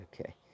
Okay